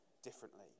differently